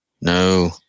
No